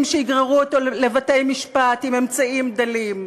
שיגררו אותו לבתי-משפט עם אמצעים דלים.